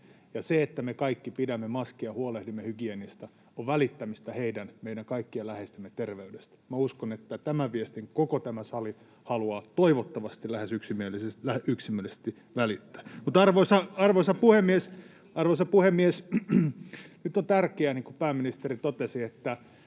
se, että me kaikki pidämme maskia ja huolehdimme hygieniasta, on välittämistä heidän, meidän kaikkien läheisten terveydestä. Uskon, että tämän viestin koko tämä sali haluaa toivottavasti lähes yksimielisesti välittää. Arvoisa puhemies! Nyt on tärkeää, niin kuin pääministeri totesi, että